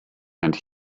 and